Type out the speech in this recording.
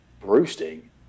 roosting